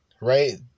right